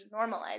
normalize